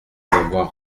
avoir